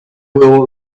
will